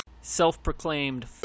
Self-proclaimed